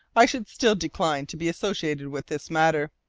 i should still decline to be associated with this matter,